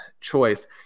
choice